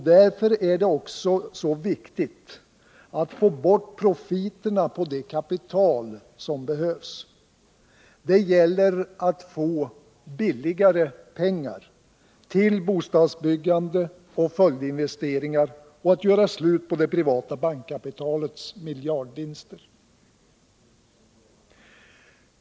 Därför är det också så viktigt att få bort profiterna på det kapital som behövs. Det gäller att få ”billigare” pengar till bostadsbyggande och följdinvesteringar och att göra slut på det privata bankkapitalets miljardvinster.